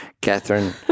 Catherine